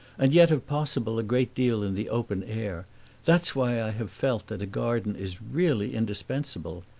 and yet if possible a great deal in the open air that's why i have felt that a garden is really indispensable.